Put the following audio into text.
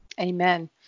Amen